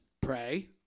Pray